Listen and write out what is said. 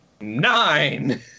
nine